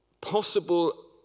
possible